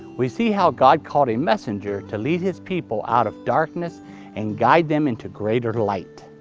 we see how god called a messenger to lead his people out of darkness and guide them into greater light.